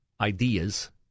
ideas